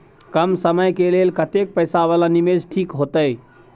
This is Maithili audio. कम समय के लेल कतेक पैसा वाला निवेश ठीक होते?